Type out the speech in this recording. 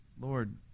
Lord